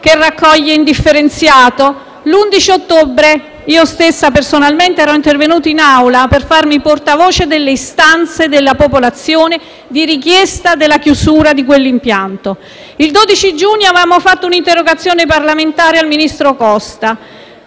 che raccoglie indifferenziato. L'11 ottobre io stessa, personalmente, ero intervenuto in Assemblea per farmi portavoce delle istanze della popolazione e della richiesta di chiusura di quell'impianto. Il 12 giugno avevamo presentato l'interrogazione parlamentare